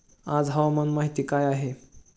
आज हवामान माहिती काय आहे?